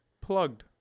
plugged